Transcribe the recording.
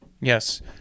yes